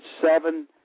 seven